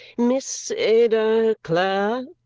miss ada clare?